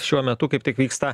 šiuo metu kaip tik vyksta